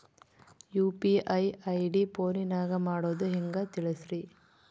UPI ID ಫೋನಿನಾಗ ಮಾಡೋದು ಹೆಂಗ ತಿಳಿಸ್ರಿ?